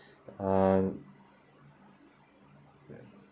um like